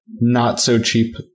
not-so-cheap